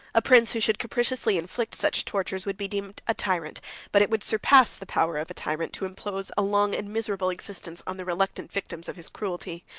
a prince, who should capriciously inflict such tortures, would be deemed a tyrant but it would surpass the power of a tyrant to impose a long and miserable existence on the reluctant victims of his cruelty.